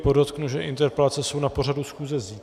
Podotknu, že interpelace jsou na pořadu schůze zítra.